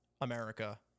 America